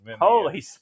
Holy